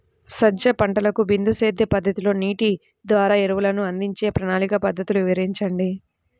సజ్జ పంటకు బిందు సేద్య పద్ధతిలో నీటి ద్వారా ఎరువులను అందించే ప్రణాళిక పద్ధతులు వివరించండి?